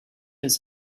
his